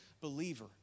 believer